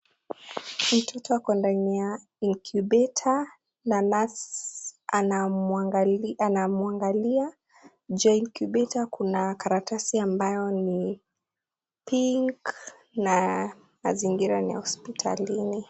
Mtoto ako ndani ya incubator na nurse anamwangalia, nje ya incubator kuna karatasi ambayo ni pink na mazingira ni ya hospitalini.